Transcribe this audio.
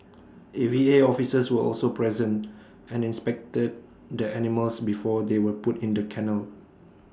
A V A officers were also present and inspected the animals before they were put in the kennel